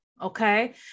Okay